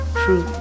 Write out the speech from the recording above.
true